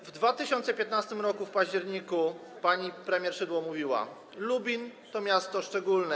A w 2015 r. w październiku pani premier Szydło mówiła: Lubin to miasto szczególne.